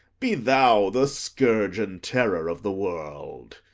be thou the scourge and terror of the world.